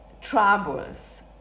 troubles